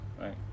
Right